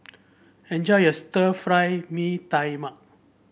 enjoy your Stir Fry Mee Tai Mak